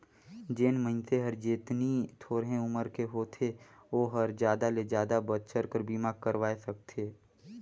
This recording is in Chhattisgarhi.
जेन मइनसे हर जेतनी थोरहें उमर के होथे ओ हर जादा ले जादा बच्छर बर बीमा करवाये सकथें